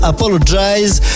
Apologize